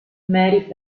mary